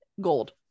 gold